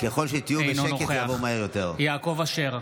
אינו נוכח יעקב אשר,